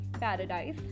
Paradise